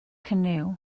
canoe